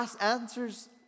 answers